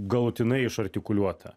galutinai išartikuliuota